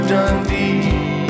Dundee